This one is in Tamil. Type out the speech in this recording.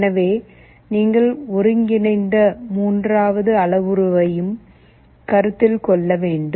எனவே நீங்கள் ஒருங்கிணைந்த மூன்றாவது அளவுருவையும் கருத்தில் கொள்ள வேண்டும்